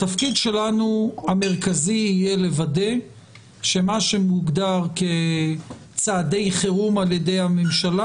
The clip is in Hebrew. התפקיד המרכזי שלנו יהיה לוודא שמה שמוגדר כצעדי חירום על ידי הממשלה,